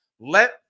Let